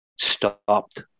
Stopped